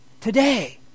Today